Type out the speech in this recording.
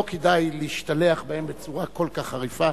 לא כדאי להשתלח בהם בצורה כל כך חריפה.